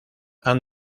han